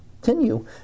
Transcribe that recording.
continue